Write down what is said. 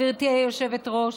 גברתי היושבת-ראש,